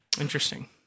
Interesting